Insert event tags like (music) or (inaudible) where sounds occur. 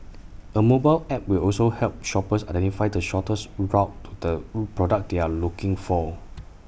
A mobile app will also help shoppers identify the shortest route to the (hesitation) product they are looking for